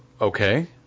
okay